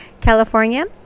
California